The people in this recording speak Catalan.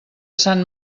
sant